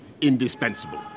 indispensable